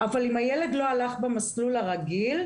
אבל אם הילד לא הלך במסלול הרגיל,